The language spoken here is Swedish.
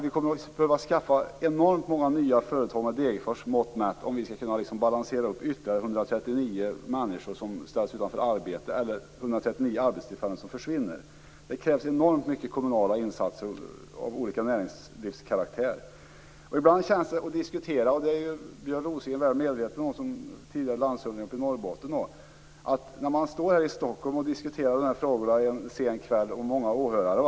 Vi kommer dock att behöva med Degerfors mått mätt starta enormt många nya företag, om vi skall kunna ersätta ytterligare 139 arbetstillfällen som försvinner. Det krävs enormt mycket av kommunala näringslivsinsatser för detta. Björn Rosengren, tidigare landshövding i Norrbotten, vet hur det känns när man står här i Stockholm och diskuterar de här frågorna en sen kväll och med många åhörare.